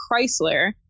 Chrysler